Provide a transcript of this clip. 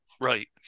right